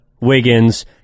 Wiggins